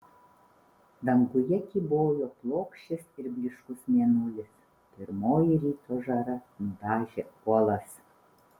danguje kybojo plokščias ir blyškus mėnulis pirmoji ryto žara nudažė uolas